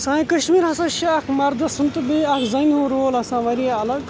سانہِ کشمیٖر ہَسا چھِ اَکھ مَردٕ سُنٛد تہٕ بیٚیہِ اَکھ زنہِ ہُنٛد رول آسان واریاہ الگ